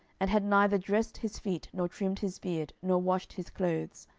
and had neither dressed his feet, nor trimmed his beard, nor washed his clothes,